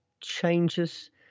changes